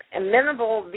amenable